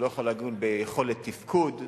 הוא לא יכול לדון ביכולת תפקוד.